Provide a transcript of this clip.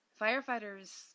firefighters